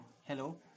Hello